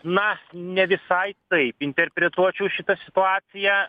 na ne visai taip interpretuočiau šitą situaciją